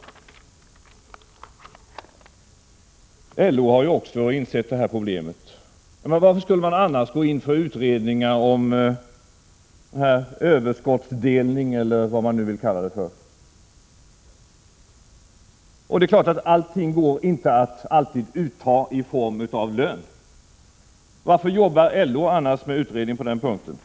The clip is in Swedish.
LO har ju också insett det här problemet. Varför skulle man annars gå in för utredningar om överskottsdelning eller vad man nu vill kalla det för? Det är klart att allting går inte alltid att ta ut i form av lön. Varför jobbar LO annars med utredning på den punkten?